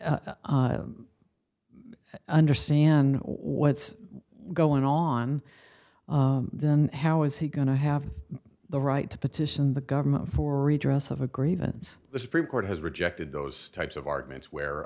understand what's going on then how is he going to have the right to petition the government for redress of a grievance the supreme court has rejected those types of arguments